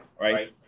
right